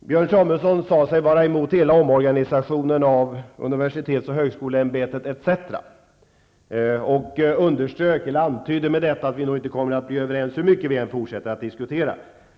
Björn Samuelson sade sig vara emot hela omorganisationen av universitets och högskoleämbetet etc., och han antydde med detta att vi nog inte kommer att bli överens hur mycket vi än fortsätter att diskutera.